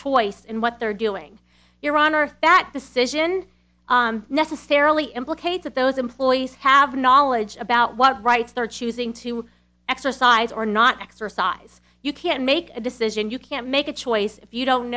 choice in what they're doing here on earth that decision necessarily implicate that those employees have knowledge about what rights they're choosing to exercise or not exercise you can make a decision you can't make a choice if you don't